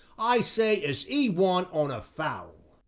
i say as e won on a foul!